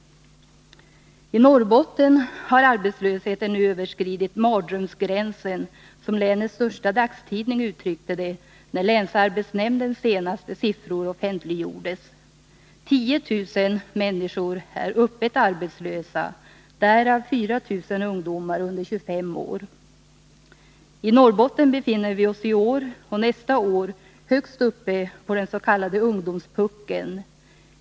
I Norrbotten har arbetslösheten nu ”överskridit mardrömsgränsen”, som länets största dagstidning uttryckte det när länsarbetsnämndens senaste siffror offentliggjordes. 10 000 människor är öppet arbetslösa, därav 4 000 ungdomar under 25 år. I Norrbotten befinner vi oss i år och nästa år högst uppe på den s.k. ungdomspuckeln.